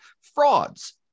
Frauds